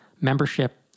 membership